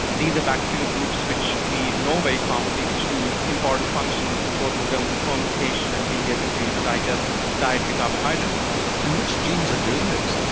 these are bacterial groups which we know very commonly, which do important functions both in terms of fermentation and being able to you know digest dietary carbohydrates for us. and which genes are doing this?